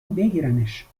بگیرنش